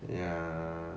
ya